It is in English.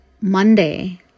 Monday